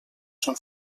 són